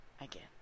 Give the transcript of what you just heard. again